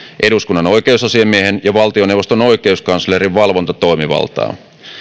eduskunnan oikeusasiamiehen ja valtioneuvoston oikeuskanslerin valvontatoimivaltaa